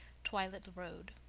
twilit road.